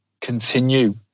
continue